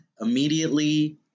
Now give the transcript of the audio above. immediately